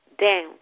down